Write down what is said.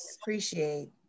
appreciate